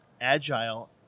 agile